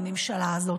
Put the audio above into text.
של הממשלה הזאת.